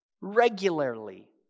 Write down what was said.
regularly